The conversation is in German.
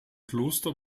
kloster